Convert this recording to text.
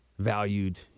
valued